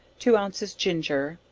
two ounces ginger,